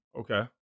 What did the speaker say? Okay